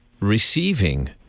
receiving